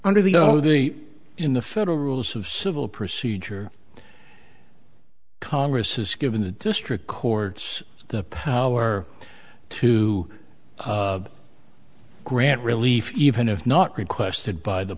o the in the federal rules of civil procedure congress has given the district courts the power to of grant relief even if not requested by the